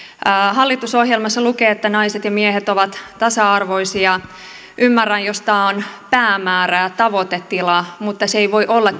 hallitusohjelmassa lukee että naiset ja miehet ovat tasa arvoisia ymmärrän jos tämä on päämäärä ja tavoitetila mutta se ei voi olla